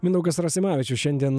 mindaugas rasimavičius šiandien